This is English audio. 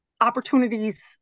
opportunities